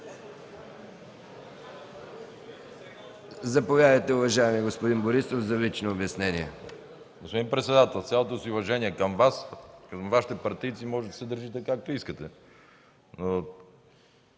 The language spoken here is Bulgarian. Заповядайте, уважаеми господин Борисов, за лично обяснение. БОЙКО БОРИСОВ (ГЕРБ): Господин председател, с цялото си уважение към Вас, към Вашите партийци можете да се държите както искате.